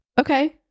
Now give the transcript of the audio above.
okay